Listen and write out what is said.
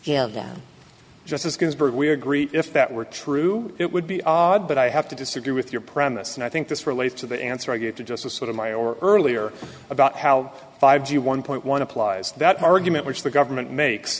them just as we agree if that were true it would be odd but i have to disagree with your premise and i think this relates to the answer i gave to just a sort of my or earlier about how five g one point one applies that argument which the government makes